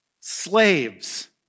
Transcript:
Slaves